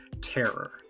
terror